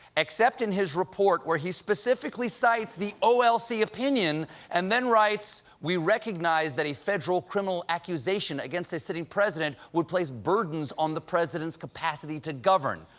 except in his report where he specifically cites the o l c. opinion and then writes, we recognize that a federal criminal accusation against a sitting president would place burdens on the president's capacity to govern.